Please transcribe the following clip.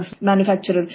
manufacturer